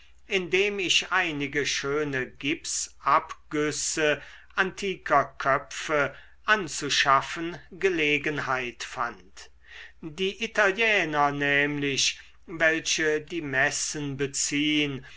indem ich einige schöne gipsabgüsse antiker köpfe anzuschaffen gelegenheit fand die italiener nämlich welche die messen beziehn